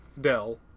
Dell